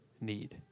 need